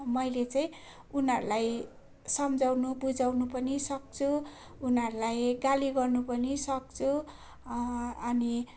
मैले चाहिँ उनीहरूलाई सम्झाउनु बुझाउनु पनि सक्छु उनीहरूलाई गाली गर्नु पनि सक्छु अनि